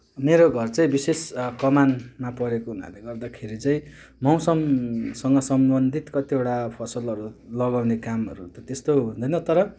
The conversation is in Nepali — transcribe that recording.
मेरो घर चाहिँ विशेष कमानमा परेको हुनाले गर्दाखेरि चाहिँ मौसमसँग सम्बन्धित कतिवटा फसलहरू लगाउने कामहरू त त्यस्तो हुँदैन तर